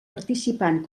participant